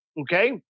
Okay